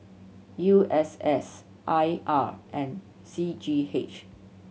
U S S I R and C G H